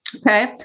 Okay